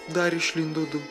dar išlindo du